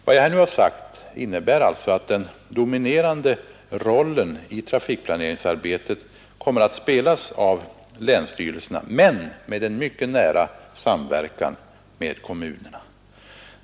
Vad jag nu sagt innebär alltså att den dominerande rollen i trafikplaneringsarbetet kommer att spelas av länsstyrelserna, dock i mycket nära samverkan med kommunerna.